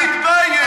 תתבייש.